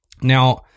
Now